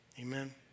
Amen